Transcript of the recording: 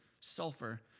sulfur